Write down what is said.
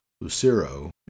Lucero